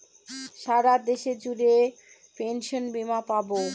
সারা দেশ জুড়ে পেনসনের বীমা পাবে